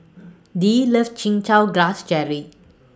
Dee loves Chin Chow Grass Jelly